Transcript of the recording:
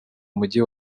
umujyi